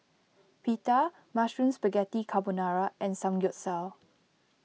Pita Mushroom Spaghetti Carbonara and Samgyeopsal